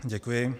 Děkuji.